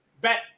bet